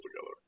together